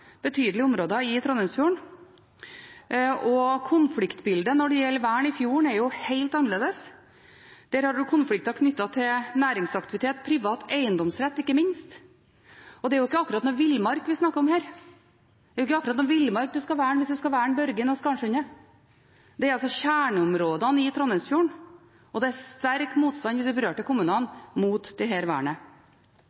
betydelige områder i Trondheimsfjorden, og konfliktbildet når det gjelder vern i fjord, er jo helt annerledes. Der har en konflikter knyttet til næringsaktivitet og ikke minst privat eiendomsrett. Og det er jo ikke akkurat noen villmark vi snakker om her. Det er ikke akkurat noen villmark en skal verne hvis en skal verne Børgin og Skarsundet. Det er kjerneområdene i Trondheimsfjorden, og det er sterk motstand i de berørte kommunene